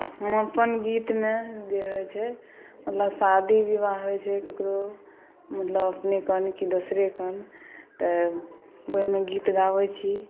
हम अपन गीतमे जे होइत छै मतलब शादी विवाह होइत छै ककरो मतलब अपनेके कि दोसरेके तऽ ओहिमे गीत गाबैत छी